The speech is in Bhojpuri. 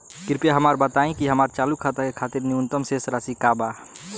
कृपया हमरा बताइ कि हमार चालू खाता के खातिर न्यूनतम शेष राशि का बा